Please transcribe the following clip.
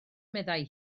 meddai